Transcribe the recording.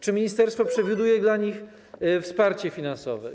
Czy ministerstwo przewiduje dla nich wsparcie finansowe?